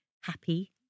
happy